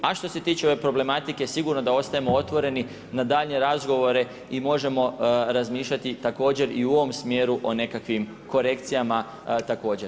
A što se tiče ove problematike, sigurno da ostajemo otvoreni, na daljnje razgovore i možemo razmišljati također i u ovom smjeru o nekakvih korekcijama također.